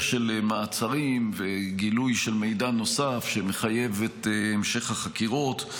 של מעצרים וגילוי של מידע נוסף שמחייב את המשך החקירות,